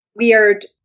weird